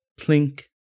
plink